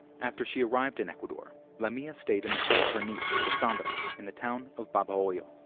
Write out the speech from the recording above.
after she arrived in ecuador, lamilla stayed in the home of her niece, cassandra, in the town of babahoyo.